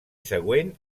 següent